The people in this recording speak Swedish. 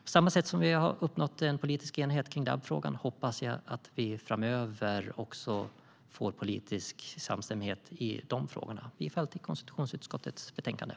På samma sätt som vi har uppnått en politisk enighet kring DAB-frågan hoppas jag att vi framöver också får politisk samstämmighet i de frågorna. Jag yrkar bifall till konstitutionsutskottets förslag i betänkandet.